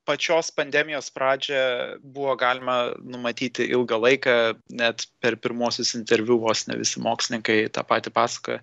pačios pandemijos pradžią buvo galima numatyti ilgą laiką net per pirmuosius interviu vos ne visi mokslininkai tą patį pasakoja